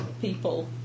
people